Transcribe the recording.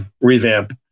revamp